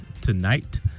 tonight